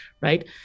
right